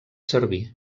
serví